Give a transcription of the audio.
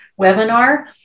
webinar